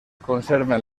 conserven